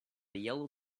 yellow